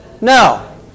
No